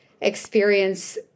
experience